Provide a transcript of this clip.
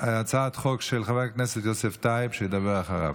הצעת חוק של חבר הכנסת יוסף טייב, שידבר אחריו.